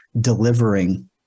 delivering